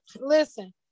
listen